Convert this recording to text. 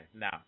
now